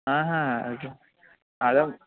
అయ్యో అదేం